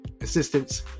assistance